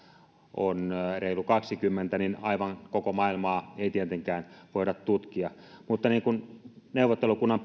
on reilu kaksikymmentä niin aivan koko maailmaa ei tietenkään voida tutkia mutta kun neuvottelukunnan